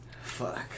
Fuck